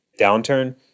downturn